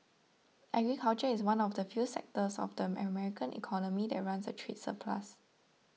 agriculture is one of the few sectors of the American economy that runs a trade surplus